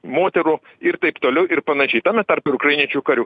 moterų ir taip toliau ir panašiai tame tarpe ir ukrainiečių karių